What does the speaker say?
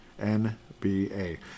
NBA